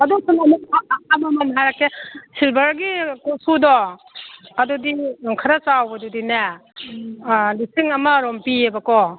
ꯑꯗꯣ ꯑꯃꯃꯝ ꯍꯥꯏꯔꯛꯀꯦ ꯁꯤꯜꯚꯔꯒꯤ ꯀꯣꯔꯐꯨꯗꯣ ꯑꯗꯨꯗꯤ ꯈꯔ ꯆꯥꯎꯕꯗꯨꯗꯤꯅꯦ ꯂꯤꯁꯤꯡ ꯑꯃꯔꯣꯝ ꯄꯤꯑꯕꯀꯣ